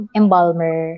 embalmer